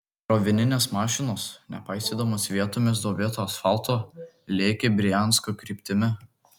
krovininės mašinos nepaisydamos vietomis duobėto asfalto lėkė briansko kryptimi